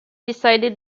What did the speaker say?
decided